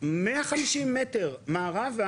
מאה חמישים מטר מערבה,